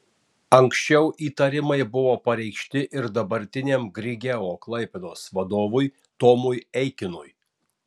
anksčiau įtarimai buvo pareikšti ir dabartiniam grigeo klaipėdos vadovui tomui eikinui